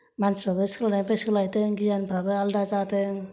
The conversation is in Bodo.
मानसिफ्राबो सोलायनायनिफ्राय सोलायदों गियानफ्राबो आलादा जादों